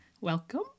Welcome